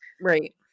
Right